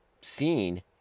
scene